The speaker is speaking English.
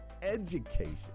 education